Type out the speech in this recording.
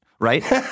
right